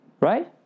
right